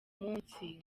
munsi